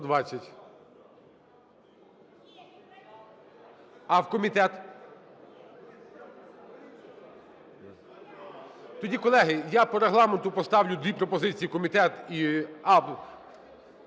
А в комітет? Тоді, колеги, я по Регламенту поставлю дві пропозиції: в комітет і